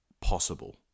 possible